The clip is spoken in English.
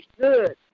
good